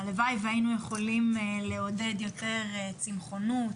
הלוואי והיינו יכולים לעודד יותר צמחונות,